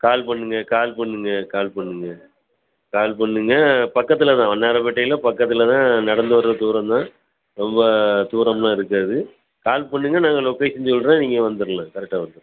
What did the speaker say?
கால் பண்ணுங்கள் கால் பண்ணுங்கள் கால் பண்ணுங்கள் கால் பண்ணுங்கள் பக்கத்தில் தான் வண்ணாரப்பேட்டையில் பக்கத்தில் தான் நடந்து வர தூரம் தான் ரொம்ப தூரம்லாம் இருக்காது கால் பண்ணுங்கள் நாங்கள் லொகேஷன் சொல்கிறேன் நீங்கள் வந்துடலாம் கரெக்டாக வந்துடலாம்